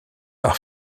par